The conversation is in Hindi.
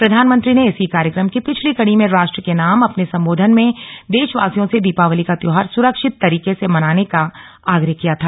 प्रधानमंत्री ने इसी कार्यक्रम की पिछली कड़ी में राष्ट्र के नाम अपने सम्बोधन में देशवासियों से दीपावली का त्योहार सुरक्षित तरीके से मनाने का आग्रह किया था